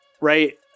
right